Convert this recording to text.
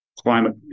climate